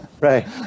right